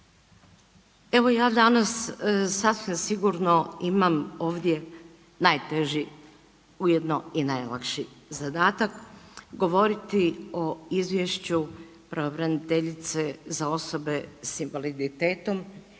Evo ja danas sasvim sigurno imam ovdje najteži ujedno i najlakši zadatak govoriti o izvješću pravobraniteljice za osobe s invaliditetom